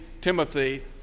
Timothy